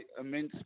immense